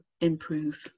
improve